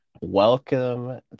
Welcome